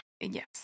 Yes